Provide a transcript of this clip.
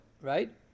right